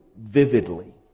vividly